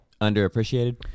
Underappreciated